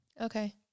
Okay